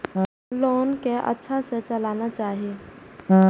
Loan के अच्छा से चलाना चाहि?